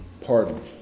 Pardon